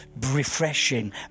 Refreshing